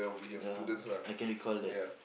ya I can recall that